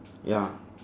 ya